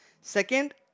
Second